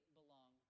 belong